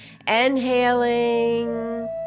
Inhaling